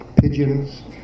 pigeons